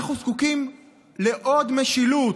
אנחנו זקוקים לעוד משילות,